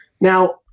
Now